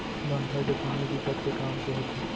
बांधा के पानी बिकट के काम के होथे